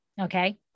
okay